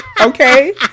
Okay